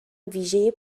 ویژهی